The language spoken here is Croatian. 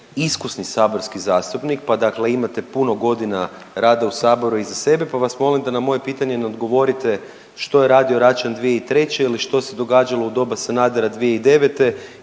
iskusni saborski zastupnik pa dakle imate puno godina rada u Saboru iza sebe pa vas molim da na moje pitanje ne odgovorite što je radio Račan 2003. ili što se događalo u doba Sanadera 2009.